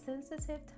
sensitive